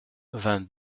vingt